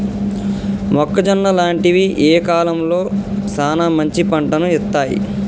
మొక్కజొన్న లాంటివి ఏ కాలంలో సానా మంచి పంటను ఇత్తయ్?